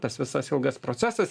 tas visas ilgas procesas